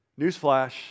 Newsflash